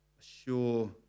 sure